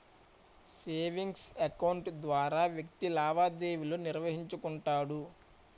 savings account ద్వారా వ్యక్తి లావాదేవీలు నిర్వహించుకుంటాడు